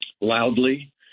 loudly